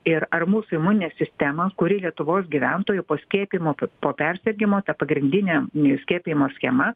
ir ar mūsų imuninė sistema kuri lietuvos gyventojų po skiepijimo po persirgimo ta pagrindine skiepijimo schema